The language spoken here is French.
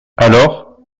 alors